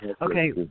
Okay